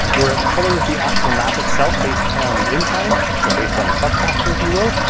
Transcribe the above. where it colors the actual map itself based on the incline so based on the suck factor if you will.